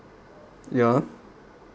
ya